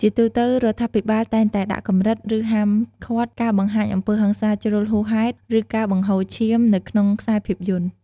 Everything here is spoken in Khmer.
ជាទូទៅ រដ្ឋាភិបាលតែងតែដាក់កម្រិត ឬហាមឃាត់ការបង្ហាញអំពើហិង្សាជ្រុលហួសហេតុ ឬការបង្ហូរឈាមនៅក្នុងខ្សែភាពយន្ត។